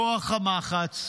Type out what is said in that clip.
כוח המחץ,